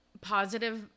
positive